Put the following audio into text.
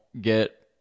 get